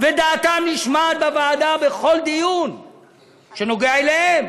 ודעתם נשמעת בוועדה בכל דיון שנוגע בהם.